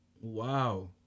Wow